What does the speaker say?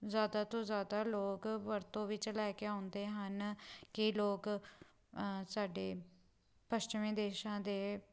ਜ਼ਿਆਦਾ ਤੋਂ ਜ਼ਿਆਦਾ ਲੋਕ ਵਰਤੋਂ ਵਿੱਚ ਲੈ ਕੇ ਆਉਂਦੇ ਹਨ ਕਈ ਲੋਕ ਸਾਡੇ ਪੱਛਮੀ ਦੇਸ਼ਾਂ ਦੇ